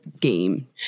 game